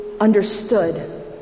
understood